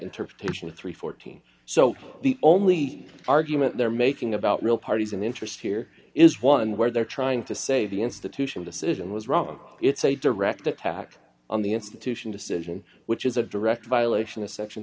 interpretation of three hundred and fourteen so the only argument they're making about real parties in interest here is one where they're trying to say the institution decision was wrong it's a direct attack on the institution decision which is a direct violation of section